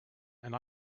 and